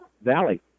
valley